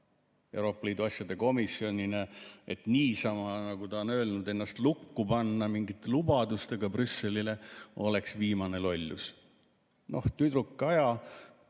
Euroopa Liidu asjade komisjonile [infot], et niisama, nagu ta on öelnud, ennast lukku panna mingite lubadustega Brüsselile oleks viimane lollus. Tüdruk Kaja,